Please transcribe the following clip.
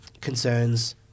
concerns